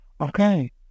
Okay